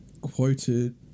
quoted